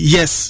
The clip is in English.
Yes